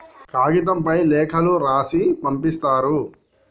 కాగితంపై లేఖలు రాసి పంపిస్తారు